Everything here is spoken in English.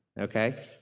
Okay